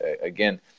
again